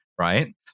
right